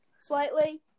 slightly